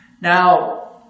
Now